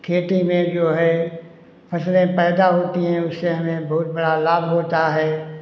खेती में जो है फसलें पैदा होती हैं उसे हमें बहुत बड़ा लाभ होता है